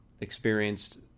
experienced